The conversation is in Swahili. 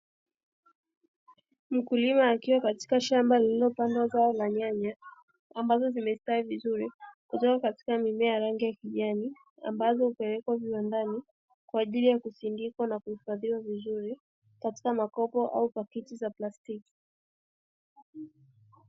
Mkulima akiwa katika shamba lililopandwa zao la nyanya ambazo zimestawi vizuri, kutoka katika mimea ya rangi ya kijani. Ambazo hupelekwa viwandani kwa ajili ya kusindikwa na kuhifadhiwa vizuri katika makopo au pakiti za plastiki.